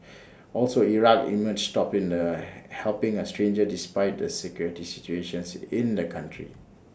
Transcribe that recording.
also Iraq emerged top in the helping A stranger despite the security situation's in the country